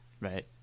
Right